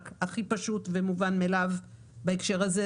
הכי פשוט ומובן מאליו בהקשר הזה,